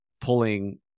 pulling